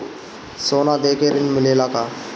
सोना देके ऋण मिलेला का?